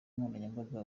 nkoranyambaga